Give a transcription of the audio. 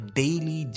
daily